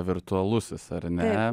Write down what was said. virtualusis ar ne